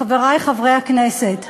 חברי חברי הכנסת,